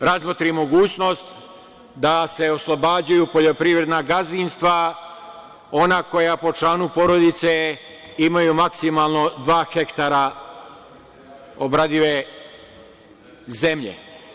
Ili da se razmotri mogućnost da se oslobađaju poljoprivredna gazdinstava ona koja po članu porodice imaju maksimalno dva hektara obradive zemlje.